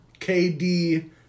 KD